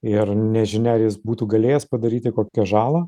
ir nežinia ar jis būtų galėjęs padaryti kokią žalą